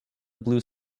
blue